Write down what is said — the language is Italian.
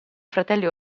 fratelli